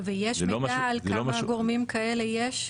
ויש מידע כל כמה גורמים כאלה יש?